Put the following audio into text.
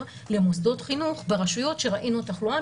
למוסדות חינוך ברשויות שראינו תחלואה,